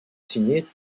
signées